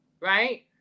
right